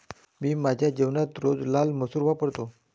मी माझ्या जेवणात रोज लाल मसूर वापरतो